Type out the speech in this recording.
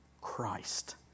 Christ